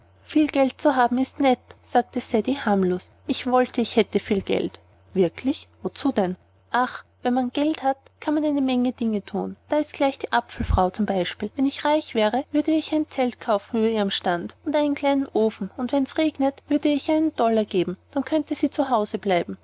viel geld haben ist sehr nett sagte ceddie harmlos ich wollte ich hätte viel geld wirklich und wozu denn ach wenn man geld hat kann man eine menge dinge thun da ist gleich die apfelfrau zum beispiel wenn ich reich wäre würde ich ihr ein zelt kaufen über ihrem stand und einen kleinen ofen und wenn's regnet würde ich ihr einen dollar geben dann könnte sie zu hause bleiben